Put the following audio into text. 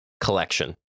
collection